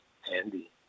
handy